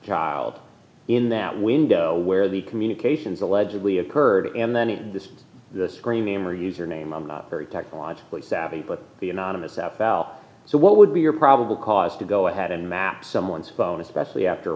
child in that window where the communications allegedly occurred and then in this the screen name or user name i'm very technologically savvy but the anonymous f l so what would be your probable cause to go ahead and map someone's phone especially after